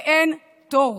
ואין תור.